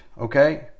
okay